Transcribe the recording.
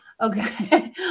okay